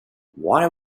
why